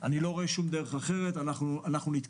אני לא רואה דרך אחרת מלהתקדם.